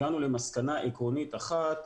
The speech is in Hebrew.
הגענו למסקנה עקרונית אחת,